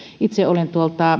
itse kun olen